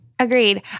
Agreed